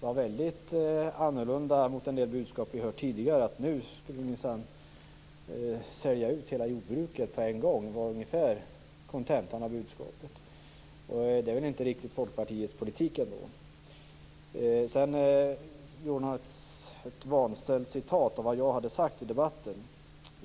var väldigt annorlunda jämfört med en del budskap som vi tidigare hört - nu skulle minsann hela jordbruket säljas ut på en gång. Det är ungefärligen kontentan av hennes budskap men det är väl ändå inte riktigt Folkpartiets politik. Eva Eriksson hade också med ett vanställt citat av vad jag har sagt i debatten.